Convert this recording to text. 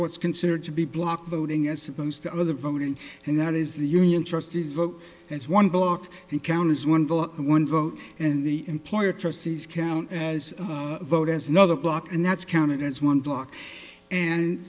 what's considered to be block voting as opposed to other voting and that is the union trustees vote as one bloc encounters one vote one vote and the employer trustees count as a vote as another block and that's counted as one block and